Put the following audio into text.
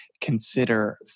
consider